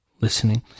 listening